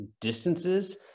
distances